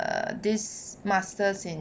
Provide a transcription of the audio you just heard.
err this masters in